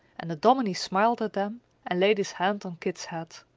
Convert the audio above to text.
and the dominie smiled at them and laid his hand on kit's head.